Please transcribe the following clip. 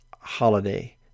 holiday